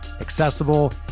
accessible